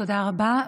תודה רבה.